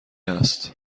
است